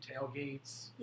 tailgates